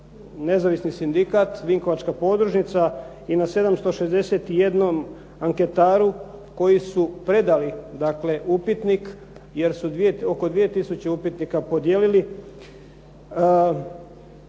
nezavisni sindikat, vinkovačka podružnica i na 761 anketaru koji su predali dakle upitnik jer su oko 2000 upitnika podijelili